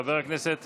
חבר הכנסת